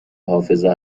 حافظه